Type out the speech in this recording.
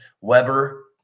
Weber